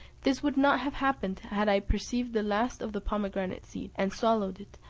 this would not have happened, had i perceived the last of the pomegranate seeds, and swallowed it,